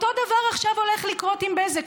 אותו דבר עכשיו הולך לקרות עם בזק,